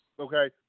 Okay